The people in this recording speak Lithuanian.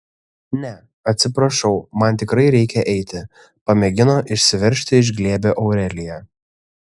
ne atsiprašau man tikrai reikia eiti pamėgino išsiveržti iš glėbio aurelija